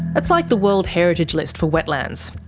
that's like the world heritage list for wetlands.